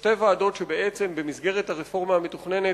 שתי ועדות שבעצם, במסגרת הרפורמה המתוכננת,